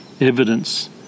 evidence